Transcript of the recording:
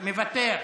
מוותר,